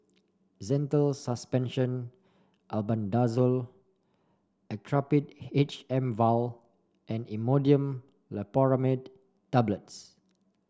Zental Suspension Albendazole Actrapid H M vial and Imodium Loperamide Tablets